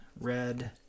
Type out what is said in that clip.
Red